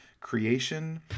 creation